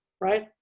right